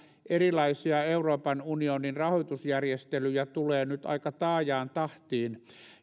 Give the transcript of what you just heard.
erilaisia euroopan unionin rahoitusjärjestelyjä tulee nyt aika taajaan tahtiin